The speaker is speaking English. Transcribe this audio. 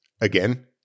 again